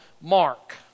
Mark